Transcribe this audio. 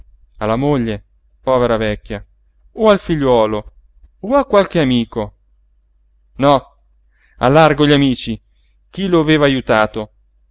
alla moglie povera vecchia o al figliuolo o a qualche amico no al largo gli amici chi lo aveva ajutato